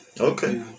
Okay